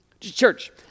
Church